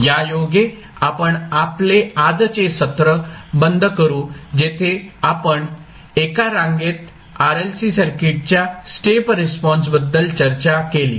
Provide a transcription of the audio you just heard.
यायोगे आपण आपले आजचे सत्र बंद करू जेथे आपण एका रांगेत RLC सर्किटच्या स्टेप रिस्पॉन्स बद्दल चर्चा केली